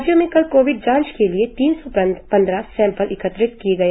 राज्य में कल कोविड जांच के लिए तीन सौ पंद्रह सैंपल एकत्र किये गए